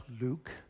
Luke